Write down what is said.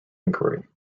inquiry